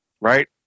right